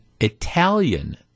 Italian